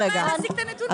לא,